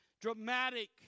dramatic